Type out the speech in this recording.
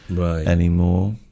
anymore